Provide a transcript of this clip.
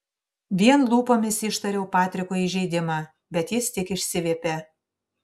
vien lūpomis ištariau patrikui įžeidimą bet jis tik išsiviepė